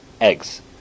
eggs